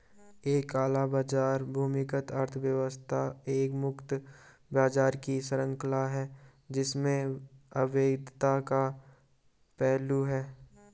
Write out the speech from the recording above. एक काला बाजार भूमिगत अर्थव्यवस्था एक गुप्त बाजार की श्रृंखला है जिसमें अवैधता का पहलू है